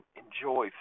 enjoy